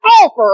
offer